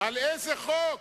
על איזה חוק